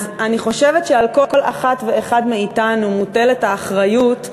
אז אני חושבת שעל כל אחד ואחת מאתנו מוטלת האחריות,